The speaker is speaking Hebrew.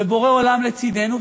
ובורא עולם לצדנו,